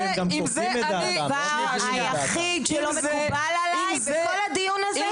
הדבר היחיד שלא מקובל עליי בכל הדיון הזה,